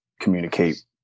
communicate